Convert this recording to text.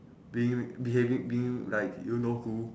being behaving being like you know who